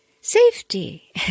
Safety